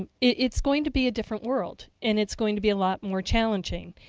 it's going to be a different world and it's going to be a lot more challenging.